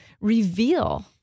reveal